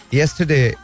yesterday